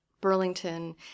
Burlington